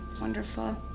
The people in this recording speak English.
wonderful